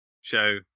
show